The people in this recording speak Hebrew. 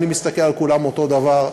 אני מסתכל על כולם אותו דבר,